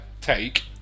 take